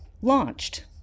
launched